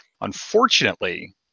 Unfortunately